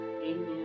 Amen